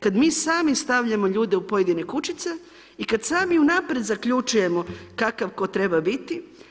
Kad mi sami stavljamo ljude u pojedine kućice i kad sam unaprijed zaključujemo kakav tko treba biti.